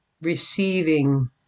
receiving